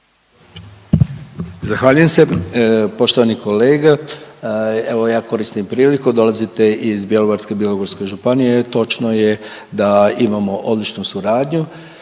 Zahvaljujem se. Poštovani kolega, evo ja koristim priliku, dolazite iz Bjelovarsko-bilogorske županije, točno je da imamo odličnu suradnju